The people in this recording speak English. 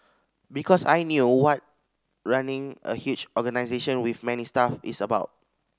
because I knew what running a huge organisation with many staff is about